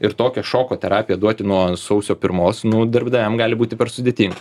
ir tokią šoko terapiją duoti nuo sausio pirmos nu darbdaviam gali būti per sudėtinga